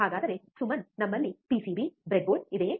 ಹಾಗಾದರೆ ಸುಮನ್ ನಮ್ಮಲ್ಲಿ PCB breadboard ಇದೆಯೇ